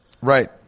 Right